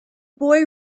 boy